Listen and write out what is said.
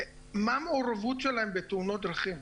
מה המעורבות שלהם בתאונות דרכים?